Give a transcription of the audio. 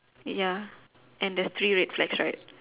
ya and there's three red flags right